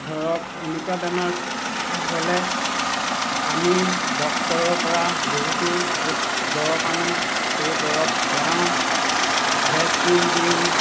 ধৰক এনেকুৱা বেমাৰ হ'লে আমি ডক্টৰৰপৰা বহুতো দৰৱ আনোঁ সেই দৰৱ খুৱাওঁ ভেকচিন দিওঁ